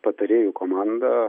patarėjų komanda